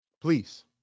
Please